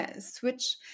switch